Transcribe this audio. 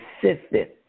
persistent